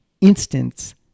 instance